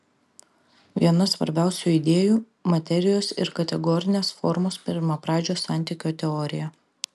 viena svarbiausių idėjų materijos ir kategorinės formos pirmapradžio santykio teorija